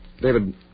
David